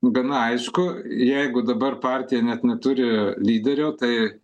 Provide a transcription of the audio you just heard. gana aišku jeigu dabar partija net neturi lyderio tai